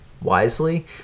wisely